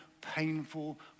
painful